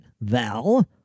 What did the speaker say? Val